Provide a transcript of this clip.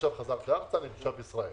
ועכשיו חזרתי ארצה, אני תושב ישראל.